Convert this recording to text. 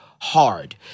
hard